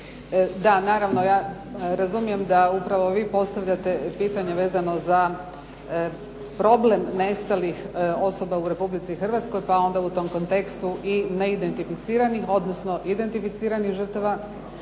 Da, naravno ja razumijem da upravo vi postavljate pitanje vezano za problem nestalih osoba u Republici Hrvatskoj, pa onda u tom kontekstu i neidentificiranih, odnosno identificiranih žrtava